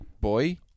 Boy